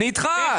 אני איתך.